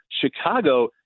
Chicago